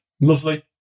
lovely